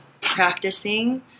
practicing